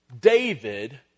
David